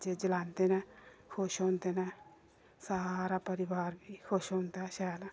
बच्चे चलांदे न खुश होंदे न सारा परिवार बी खुश होंदा ऐ शैल